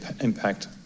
impact